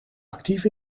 actief